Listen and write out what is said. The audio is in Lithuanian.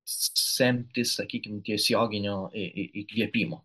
semti sakykim tiesioginio įkvėpimo